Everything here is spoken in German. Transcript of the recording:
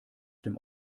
dem